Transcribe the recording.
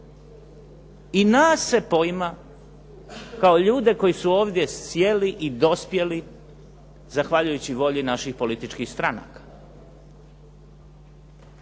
i nas se poima kao ljude koji su ovdje sjeli i dospjeli zahvaljujući volji naših političkih stranaka.